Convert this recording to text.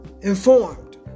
informed